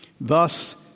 Thus